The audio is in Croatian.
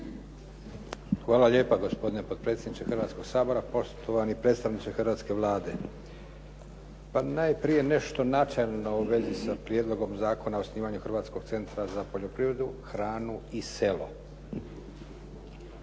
Hvala lijepa gospodine potpredsjedniče Hrvatskog sabora, poštovani predstavniče hrvatske Vlade. Pa najprije nešto načelno u vezi sa Prijedlogom Zakona o osnivanju Hrvatskog centra za poljoprivredu, hranu i selo.